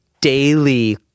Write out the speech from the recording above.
daily